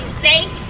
safe